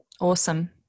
awesome